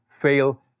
fail